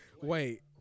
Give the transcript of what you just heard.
Wait